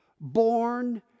born